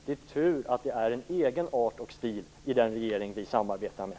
Det är tur att det är en egen art och stil i den regering vi samarbetar med.